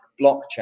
blockchain